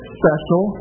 special